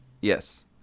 yes